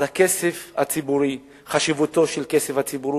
אז חשיבות של כספי הציבור,